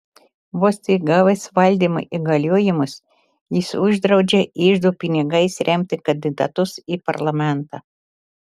vos tik gavęs valdymo įgaliojimus jis uždraudžia iždo pinigais remti kandidatus į parlamentą